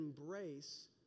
embrace